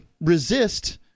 resist